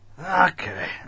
Okay